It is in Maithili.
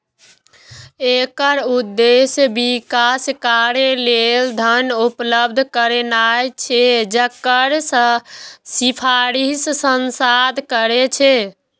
एकर उद्देश्य विकास कार्य लेल धन उपलब्ध करेनाय छै, जकर सिफारिश सांसद करै छै